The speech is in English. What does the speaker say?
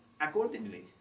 accordingly